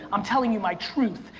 i'm telling you my truth.